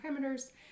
parameters